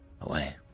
away